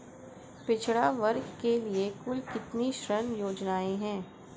पिछड़ा वर्ग के लिए कुल कितनी ऋण योजनाएं हैं?